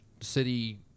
city